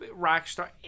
Rockstar